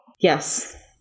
Yes